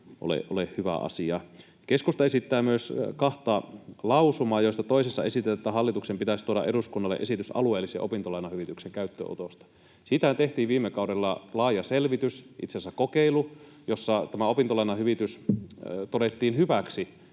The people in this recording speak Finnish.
Keskusta esittää myös kahta lausumaa, joista toisessa esitetään, että hallituksen pitäisi tuoda eduskunnalle esitys alueellisen opintolainahyvityksen käyttöönotosta. Siitähän tehtiin viime kaudella laaja selvitys, itse asiassa kokeilu, jossa tämä opintolainahyvitys todettiin hyväksi